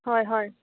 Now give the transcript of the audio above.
হয় হয়